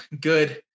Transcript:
good